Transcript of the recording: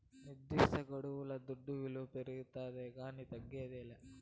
నిర్దిష్టగడువుల దుడ్డు విలువ పెరగతాదే కానీ తగ్గదేలా